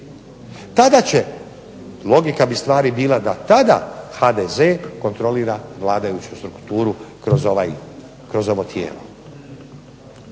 Tada će, logika bi stvari bila da tada HDZ kontrolira vladajuću strukturu kroz ovo tijelo.